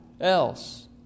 else